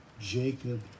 Jacob